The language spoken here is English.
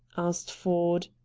asked ford.